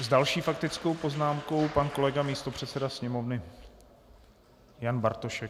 S další faktickou poznámkou pan kolega místopředseda sněmovny Jan Bartošek.